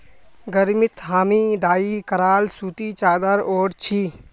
गर्मीत हामी डाई कराल सूती चादर ओढ़ छि